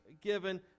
given